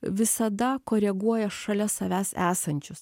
visada koreguoja šalia savęs esančius